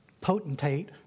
potentate